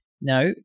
No